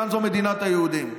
כאן זו מדינת היהודים.